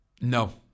No